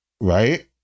right